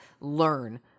learn